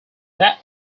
that